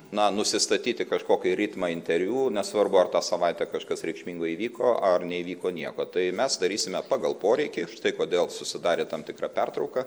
na nusistatyti kažkokį ritmą interviu nesvarbu ar tą savaitę kažkas reikšmingo įvyko ar neįvyko nieko tai mes darysime pagal poreikį štai kodėl susidarė tam tikra pertrauka